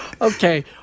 okay